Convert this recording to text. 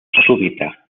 súbita